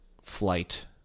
flight